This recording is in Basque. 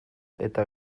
eta